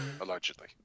Allegedly